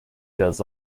does